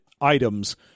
items